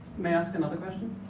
may i ask another question.